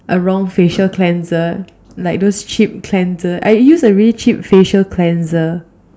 a wrong facial cleanser like those cheap cleanser I use a really cheap facial cleanser